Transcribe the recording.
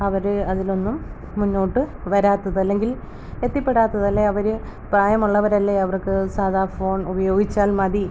അവർ അതിലൊന്നും മുന്നോട്ട് വരാത്തത് അല്ലെങ്കിൽ എത്തിപ്പെടാത്തത് അല്ലെങ്കിൽ അവർ പ്രായമുള്ളവർ അല്ലേ അവർക്ക് സാദാ ഫോൺ ഉപയോഗിച്ചാൽ മതി